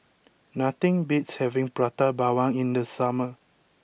nothing beats having Prata Bawang in the summer